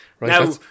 Now